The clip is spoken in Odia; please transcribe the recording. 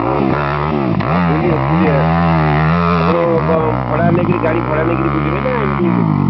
ହଁ ହଁ ହଁ ବୁଲିବେ ବୁଲିବେ ଆପଣ ଭଡ଼ା ନେଇକିରି ଗାଡ଼ି ଭଡ଼ା ନେଇକିରି ବୁଲିବେ ନା ଏମିତି ବୁଲିବେ